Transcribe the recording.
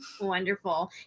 wonderful